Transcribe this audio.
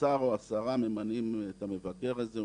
השר או השרה ממנים את המבקר הזה,